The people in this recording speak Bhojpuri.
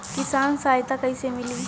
किसान सहायता कईसे मिली?